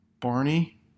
Barney